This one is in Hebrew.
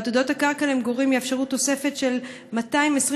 ועתודות הקרקע למגורים יאפשרו תוספת של 223,000